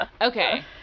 Okay